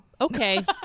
Okay